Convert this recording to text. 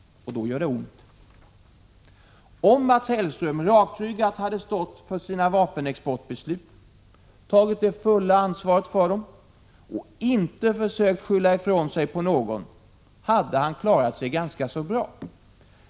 Och då gör det ont. Om Mats Hellström rakryggat hade stått för sina vapenexportbeslut, tagit det fulla ansvaret för dem och inte försökt skylla ifrån sig på någon, hade han klarat sig ganska bra.